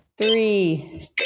three